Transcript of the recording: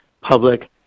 public